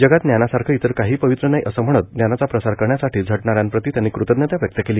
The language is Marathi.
जगात ज्ञानासारखं इतर काहीही पवित्र नाही असं म्हणत ज्ञानाचा प्रसार करण्यासाठी झटणाऱ्यांप्रती त्यांनी कृतज्ञता व्यक्त केली